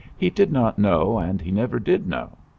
he did not know, and he never did know.